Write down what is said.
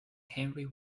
henry